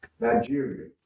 Nigeria